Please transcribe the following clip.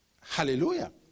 Hallelujah